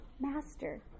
master